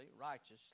righteously